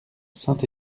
saint